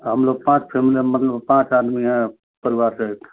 हम लोग पाँच फैमिली हैं मतलब पाँच आदमी हैं परिवार से एक